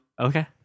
Okay